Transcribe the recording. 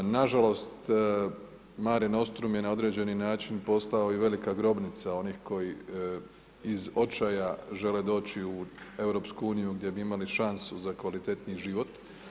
Nažalost Mare Nostrum je na određeni način postao i velika grobnica onih koji iz očaja žele doći u EU gdje bi imali šansu za kvalitetniji život.